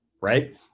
right